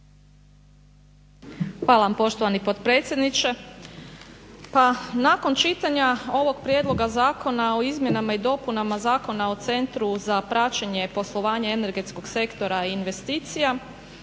vam poštovani potpredsjedniče. Pa, nakon čitanja ovog prijedloga Zakona o izmjenama i dopunama Zakona o centru za praćenje poslovanja energetskog sektora i investicija